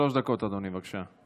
שלוש דקות, אדוני, בבקשה.